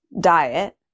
diet